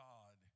God